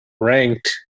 ranked